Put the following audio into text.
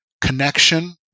connection